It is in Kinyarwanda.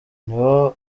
niba